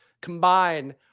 combine